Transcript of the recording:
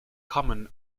common